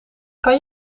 kan